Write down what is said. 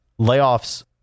layoffs